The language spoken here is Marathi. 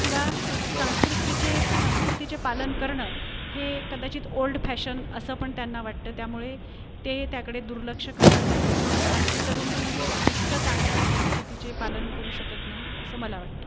किंवा सांस्कृतीचे संस्कृतीचे पालन करणं हे कदाचित ओल्ड फॅशन असं पण त्यांना वाटतं त्यामुळे ते त्याकडे दुर्लक्ष करतात आणि म्हणून आजची तरुण पिढी ही इतकं चांगलं संस्कृतीचे पालन करू शकत नाही असं मला वाटतं